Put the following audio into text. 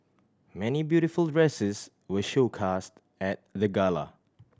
many beautiful dresses were showcased at the gala